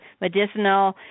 medicinal